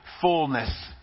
fullness